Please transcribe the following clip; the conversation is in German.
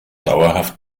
dauerhaft